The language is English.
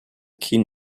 keen